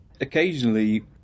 Occasionally